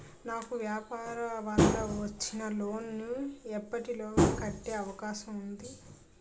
నాకు వ్యాపార వల్ల వచ్చిన లోన్ నీ ఎప్పటిలోగా కట్టే అవకాశం ఉంది?